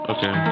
Okay